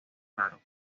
raros